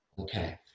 Okay